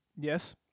yes